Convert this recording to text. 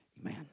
Amen